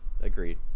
Agreed